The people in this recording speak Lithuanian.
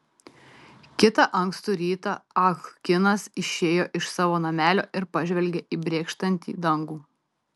kitą ankstų rytą ah kinas išėjo iš savo namelio ir pažvelgė į brėkštantį dangų